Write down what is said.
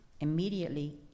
Immediately